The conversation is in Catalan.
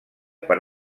per